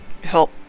help